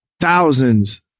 thousands